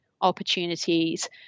opportunities